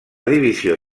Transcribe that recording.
divisió